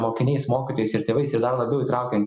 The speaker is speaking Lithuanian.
mokiniais mokytojais ir tėvais ir dar labiau įtraukian